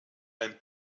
ein